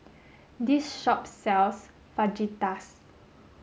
this shop sells Fajitas